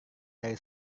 dari